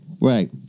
right